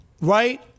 right